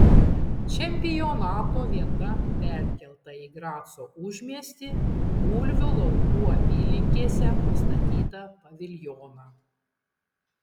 čempionato vieta perkelta į graco užmiestį bulvių laukų apylinkėse pastatytą paviljoną